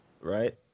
right